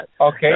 Okay